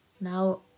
Now